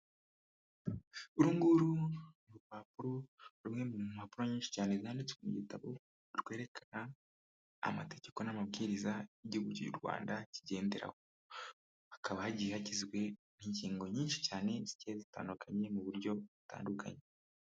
Uru nguru ni urupapuro rumwe mu mpapuro nyinshi cyane zanditswe mu gitabo, rwerekana amategeko n'amabwiriza igihugu cy'u Rwanda kigenderaho. Hakaba hagiye hagizwe n'ingingo nyinshi cyane zigiye zitandukanye mu buryo butandukanye.